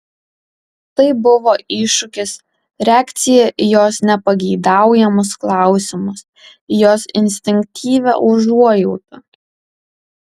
tai buvo iššūkis reakcija į jos nepageidaujamus klausimus į jos instinktyvią užuojautą